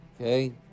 okay